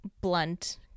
blunt